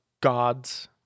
gods